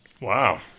Wow